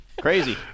Crazy